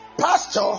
pastor